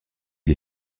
les